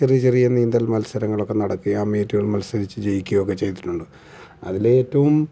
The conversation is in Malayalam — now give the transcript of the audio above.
ചെറിയ ചെറിയ നീന്തൽ മത്സരങ്ങളൊക്കെ നടക്കുകയും ആ മീറ്റിൽ മത്സരിച്ച് ജയിക്കുകയൊക്കെ ചെയ്തിട്ടുണ്ട് അതിലേറ്റവും